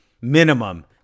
minimum